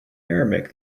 arabic